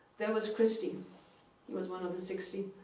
there was christy he was one of the sixty.